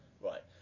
right